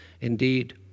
indeed